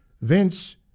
Vince